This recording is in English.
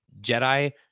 Jedi